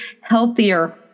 healthier